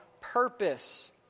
purpose